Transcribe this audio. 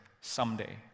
someday